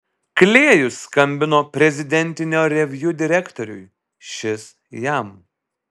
klėjus skambino prezidentinio reviu direktoriui šis jam